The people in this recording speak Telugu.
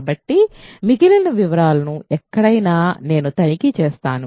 కాబట్టి మిగిలిన వివరాలను ఎక్కడైనా నేను తనిఖీ చేస్తాను